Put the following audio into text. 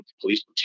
police